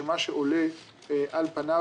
שמה שעולה על פניו,